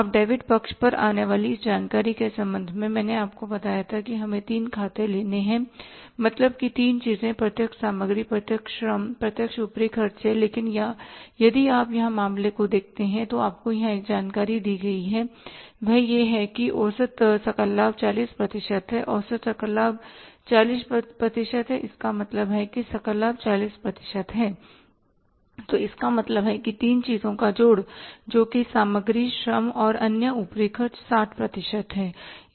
अब डेबिट पक्ष पर आने वाली इस जानकारी के संबंध में मैंने आपको बताया था कि हमें तीन खाते लेने हैं मतलब की तीन चीजें प्रत्यक्ष सामग्री प्रत्यक्ष श्रम प्रत्यक्ष ऊपरी खर्चे लेकिन यदि आप यहां मामले को देखते हैं तो आपको यहां एक जानकारी दी गई हैवह यह है कि औसत सकल लाभ 40 प्रतिशत है औसत सकल लाभ 40 प्रतिशत है इसका मतलब है कि सकल लाभ 40 प्रतिशत है तो इसका मतलब है कि तीन चीजों का जोड़ जोकि सामग्री श्रम और अन्य ऊपरी खर्चे 60 प्रतिशत है